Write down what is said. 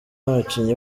nk’abakinnyi